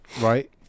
right